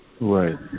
Right